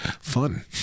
Fun